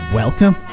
welcome